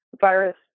virus